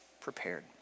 prepared